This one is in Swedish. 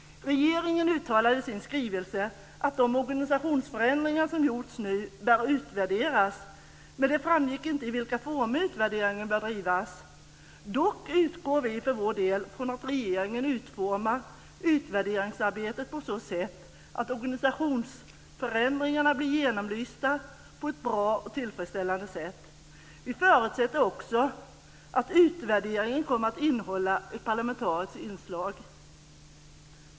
Regeringen uttalar i sin skrivelse att de organisationsförändringar som gjorts nu bör utvärderas, men det framgick inte i vilka former utvärderingen bör göras. Dock utgår vi för vår del från att regeringen utformar utvärderingsarbetet så att organisationsförändringarna blir genomlysta på ett bra och tillfredsställande sätt. Vi förutsätter också att utvärderingen kommer att innehålla ett parlamentariskt inslag.